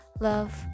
love